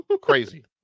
crazy